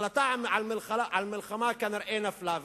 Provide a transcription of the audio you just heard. החלטה על מלחמה כנראה נפלה,